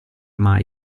mai